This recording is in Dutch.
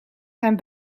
zijn